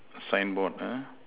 signboard ah